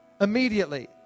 immediately